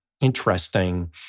interesting